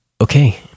Okay